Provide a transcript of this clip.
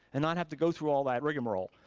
and not have to go through all that rigamarole.